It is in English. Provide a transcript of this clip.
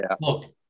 look